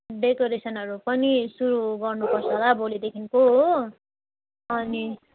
डेकोरेसनहरू पनि सुरु गर्नुपर्छ होला भोलिदेखिको हो अनि